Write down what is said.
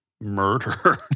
murder